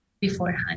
beforehand